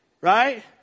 right